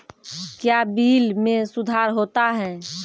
क्या बिल मे सुधार होता हैं?